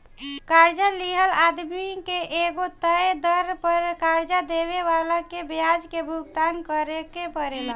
कर्जा लिहल आदमी के एगो तय दर पर कर्जा देवे वाला के ब्याज के भुगतान करेके परेला